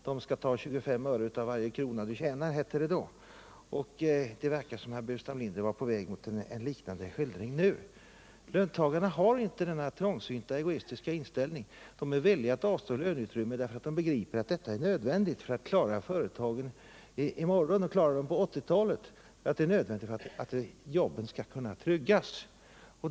”De skall ta 25 öre av varje krona du tjänar”, hette det då, och det verkar som om herr Burenstam Linder är på väg mot en liknande skildring nu. Löntagarna har inte denna trångsynta egoistiska inställning, de är villiga att avstå löneutrymme därför att de begriper att detta är nödvändigt för att klara företagen i morgon och under 1980-talet. Det är nödvändigt för att jobben skall kunna tryggas.